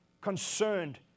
concerned